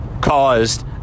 caused